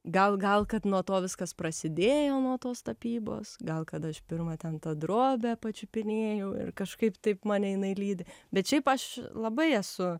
gal gal kad nuo to viskas prasidėjo nuo tos tapybos gal kad aš pirmą ten tą drobę pačiupinėjau ir kažkaip taip mane jinai lydi bet šiaip aš labai esu